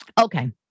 Okay